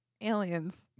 aliens